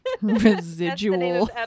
Residual